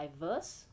diverse